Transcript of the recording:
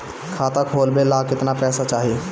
खाता खोलबे ला कितना पैसा चाही?